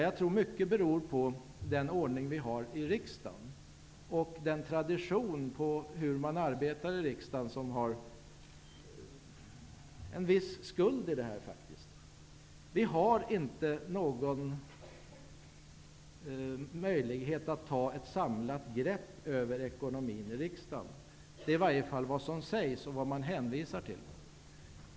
Jag tror att mycket beror på den ordning som tillämpas i riksdagen, att den tradition som finns för arbetet i riksdagen har en viss skuld. Det finns inte någon möjlighet att i riksdagen ta ett samlat grepp över ekonomin. Det är i varje fall vad som sägs och vad man hänvisar till.